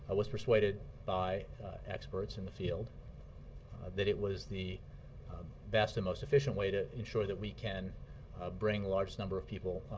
ah was persuaded by experts in the field that it was the best and most efficient way to ensure that we can bring the largest number of people